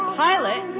pilot